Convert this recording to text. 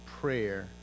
prayer